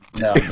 No